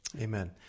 Amen